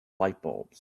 lightbulbs